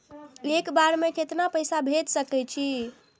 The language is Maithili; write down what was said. एक बार में केतना पैसा भेज सके छी?